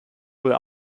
will